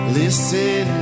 listen